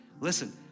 Listen